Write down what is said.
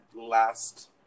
last